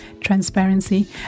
transparency